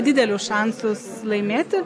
didelius šansus laimėti